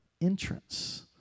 entrance